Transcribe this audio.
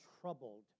troubled